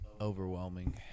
overwhelming